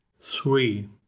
three